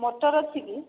ମଟର ଅଛିକି